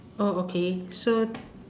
oh okay so